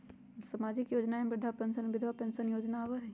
सामाजिक योजना में वृद्धा पेंसन और विधवा पेंसन योजना आबह ई?